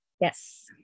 Yes